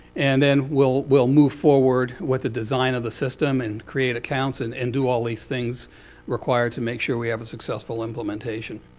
and then we'll we'll move forward with the design of the system, and create accounts, and and do all these things required to make sure we have a successful implementation.